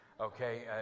Okay